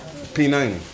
P90